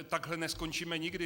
Takhle neskončíme nikdy.